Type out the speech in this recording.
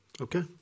Okay